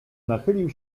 nachylił